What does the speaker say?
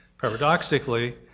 Paradoxically